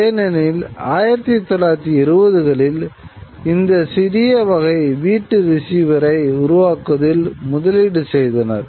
ஏனெனில் 1920 களிலிருந்து இந்த சிறிய வகை வீட்டு ரிசீவரை உருவாக்குவதில் முதலீடு செய்தனர்